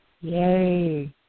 Yay